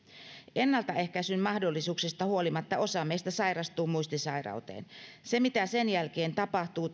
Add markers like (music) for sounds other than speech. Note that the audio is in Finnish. ennaltaehkäisyn mahdollisuuksista huolimatta osa meistä sairastuu muistisairauteen se mitä sen jälkeen tapahtuu (unintelligible)